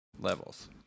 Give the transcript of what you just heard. levels